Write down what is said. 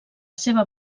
seva